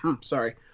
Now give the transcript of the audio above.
Sorry